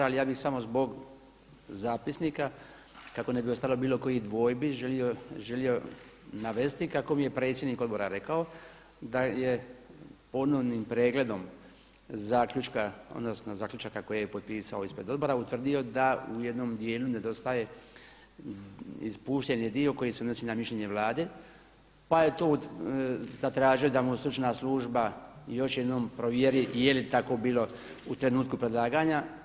Ali ja bih samo zbog zapisnika kako ne bi ostalo bilo kojih dvojbi želio navesti kako mi je predsjednik odbora rekao da je ponovnim pregledom zaključka, odnosno zaključaka koje je potpisao ispred odbora utvrdio da u jednom dijelu nedostaje, ispušten je dio koji se odnosi na mišljenje Vlade pa je to zatražio da mu stručna služba još jednom provjeri je li tako bilo u trenutku predlaganja.